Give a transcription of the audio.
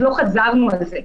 אז לא חזרנו על זה,